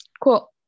cool